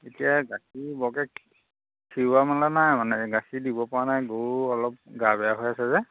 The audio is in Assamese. এতিয়া গাখীৰ বৰকৈ খীৰোৱা মেলোৱা নাই মানে গাখীৰ দিবপৰা নাই গৰু অলপ গা বেয়া হৈ আছে যে